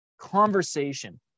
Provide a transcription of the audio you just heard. conversation